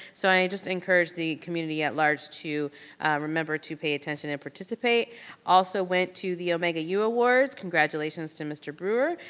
sso i just encourage the community at-large to remember to pay attention and participate. i also went to the omega u awards, congratulations to mr. brewer,